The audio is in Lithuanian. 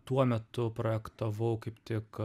tuo metu projektavau kaip tik